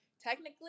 technically –